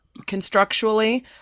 constructually